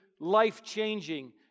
life-changing